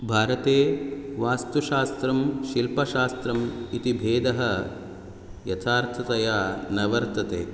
भारते वास्तुशास्त्रं शिल्पशास्त्रम् इति भेदः यथार्थतया न वर्तते